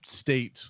state